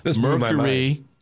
mercury